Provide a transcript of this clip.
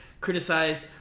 criticized